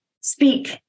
speak